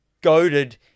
goaded